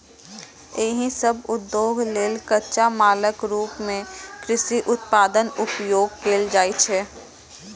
एहि सभ उद्योग लेल कच्चा मालक रूप मे कृषि उत्पादक उपयोग कैल जाइ छै